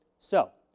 so,